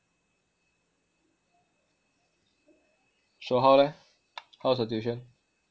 so how leh how's your tuition